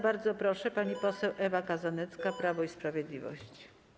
Bardzo proszę, pani poseł Ewa Kozanecka, Prawo i Sprawiedliwość.